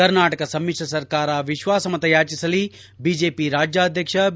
ಕರ್ನಾಟಕ ಸಮಿಶ್ರ ಸರ್ಕಾರ ವಿಶ್ವಾಸ ಮತ ಯಾಚಿಸಲಿ ಬಿಜೆಪಿ ರಾಜ್ಯಾದ್ಯಕ್ಷ ಬಿ